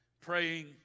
praying